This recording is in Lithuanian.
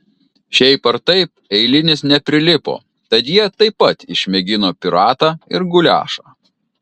šiaip ar taip eilinis neprilipo tad jie taip pat išmėgino piratą ir guliašą